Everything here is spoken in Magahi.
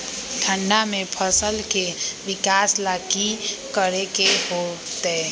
ठंडा में फसल के विकास ला की करे के होतै?